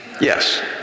Yes